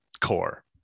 core